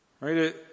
Right